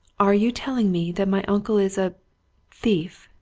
are you telling me that my uncle is a thief?